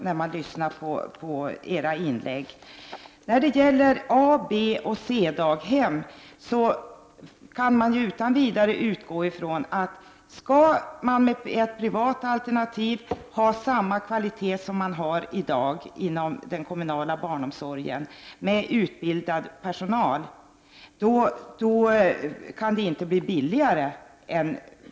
När det gäller A-, B och C-daghem kan man utan vidare utgå ifrån att om man med privata alternativ skall ha samma kvalitet som man i dag har inom den kommunala barnomsorgen med utbildad personal, kan privata alternativ inte bli billigare.